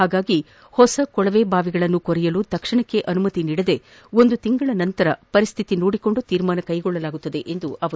ಹಾಗಾಗಿ ಹೊಸ ಕೊಳವೆ ಬಾವಿಗಳನ್ನು ಕೊರೆಯಲು ತಕ್ಷಣಕ್ಕೇ ಅನುಮತಿ ನೀಡದೇ ಒಂದು ತಿಂಗಳ ಬಳಿಕ ಪರಿಸ್ವಿತಿ ಅವಲೋಕಿಸಿ ತೀರ್ಮಾನ ಕೈಗೊಳ್ಳಲಾಗುವುದು ಎಂದರು